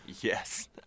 Yes